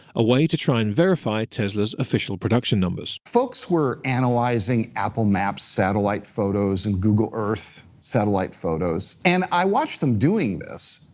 a way to try and verify tesla's official production numbers. folks were analyzing apple maps satellite photos and google earth satellite photos. and i watched them doing this,